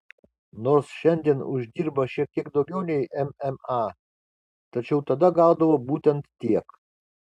nors šiandien uždirba šiek tiek daugiau nei mma tačiau tada gaudavo būtent tiek